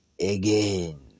again